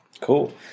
Cool